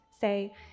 Say